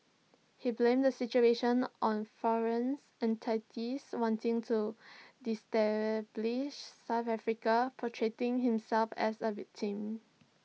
he blamed the situation on foreign entities wanting to destabilise south Africa portraying himself as A victim